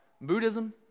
Buddhism